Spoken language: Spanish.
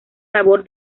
labor